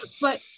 but-